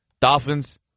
Dolphins